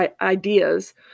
ideas